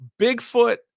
Bigfoot